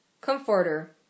Comforter